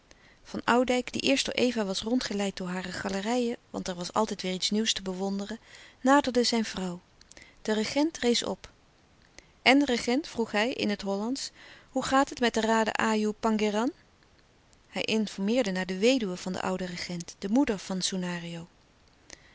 van oudijck die eerst door eva was rondgeleid door hare galerijen want er was altijd weêr iets nieuws te bewonderen naderde zijn vrouw de regent rees op en de stille kracht en regent vroeg hij in het hollandsch hoe gaat het met de raden ajoe pangéran hij informeerde naar de weduwe van den ouden regent de moeder van soenario